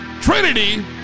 Trinity